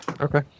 Okay